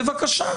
בבקשה,